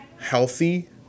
healthy